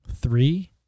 three